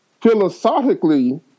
philosophically